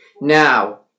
now